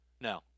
No